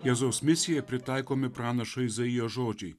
jėzaus misijai pritaikomi pranašo izaijo žodžiai